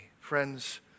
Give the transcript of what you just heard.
Friends